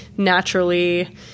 naturally